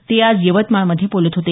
ते आज यवतमाळमध्ये बोलत होते